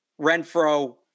Renfro